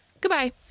goodbye